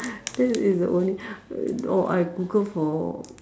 that is the only or I Google for